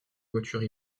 voitures